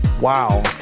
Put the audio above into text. wow